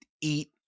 eat